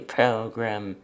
program